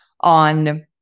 on